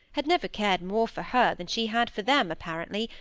had never cared more for her than she had for them, apparently,